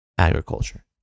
Agriculture